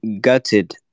gutted